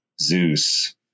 Zeus